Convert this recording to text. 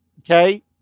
Okay